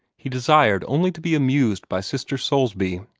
he desired only to be amused by sister soulsby.